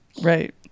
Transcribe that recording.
Right